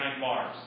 bars